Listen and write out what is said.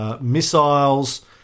missiles